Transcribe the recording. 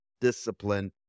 discipline